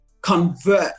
convert